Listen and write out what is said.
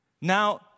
Now